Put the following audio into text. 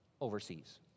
overseas